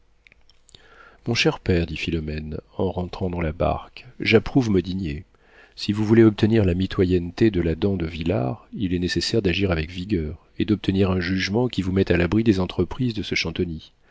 mon cher père dit philomène en rentrant dans la barque j'approuve modinier si vous voulez obtenir la mitoyenneté de la dent de vilard il est nécessaire d'agir avec vigueur et d'obtenir un jugement qui vous mette à l'abri des entreprises de ce chantonnit